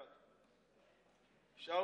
ההצעה להעביר את הנושא לוועדת החוץ והביטחון נתקבלה.